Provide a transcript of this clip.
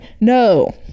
no